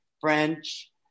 French